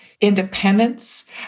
independence